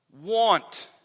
want